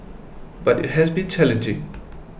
but it has been challenging